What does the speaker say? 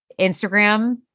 Instagram